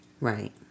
Right